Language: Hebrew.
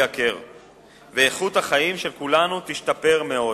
הכר ואיכות החיים של כולנו תשתפר מאוד.